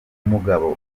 mugabo